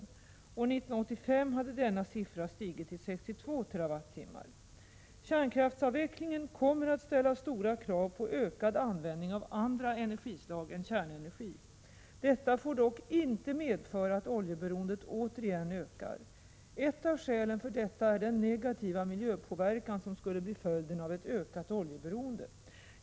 År 1985 hade denna siffra stigit till 62 TWh. Kärnkraftsavvecklingen kommer att ställa stora krav på ökad användning av andra energislag än kärnenergi. Detta får dock inte medföra att oljeberoendet återigen ökar. Ett av skälen för detta är den negativa miljöpåverkan som skulle bli följden av ett ökat oljeberoende.